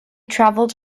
traveled